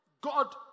God